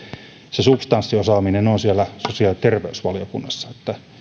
se substanssiosaaminen on siellä sosiaali ja terveysvaliokunnassa